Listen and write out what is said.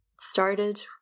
started